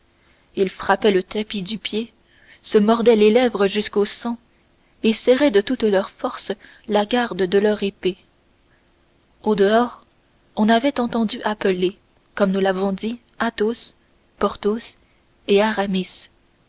ils frappaient le tapis du pied se mordaient les lèvres jusqu'au sang et serraient de toute leur force la garde de leur épée au-dehors on avait entendu appeler comme nous l'avons dit athos porthos et aramis